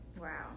Wow